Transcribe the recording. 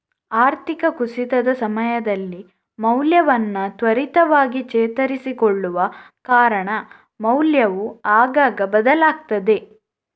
ಆರ್ಥಿಕ ಕುಸಿತದ ಸಮಯದಲ್ಲಿ ಮೌಲ್ಯವನ್ನ ತ್ವರಿತವಾಗಿ ಚೇತರಿಸಿಕೊಳ್ಳುವ ಕಾರಣ ಮೌಲ್ಯವು ಆಗಾಗ ಬದಲಾಗ್ತದೆ